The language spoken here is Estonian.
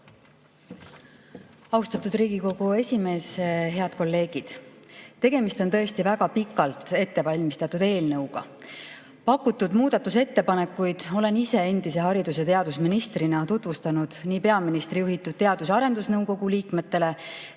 Austatud Riigikogu esimees! Head kolleegid! Tegemist on tõesti väga pikalt ettevalmistatud eelnõuga. Pakutud muudatusettepanekuid olen ise endise haridus- ja teadusministrina tutvustanud nii peaministri juhitud Teadus- ja Arendusnõukogu liikmetele